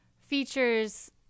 features